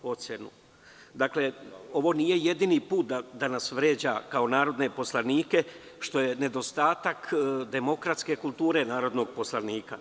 Ovo nije jedini put da nas vređa kao narodne poslanike, što je nedostatak demokratske kulture narodnog poslanika.